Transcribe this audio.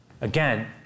again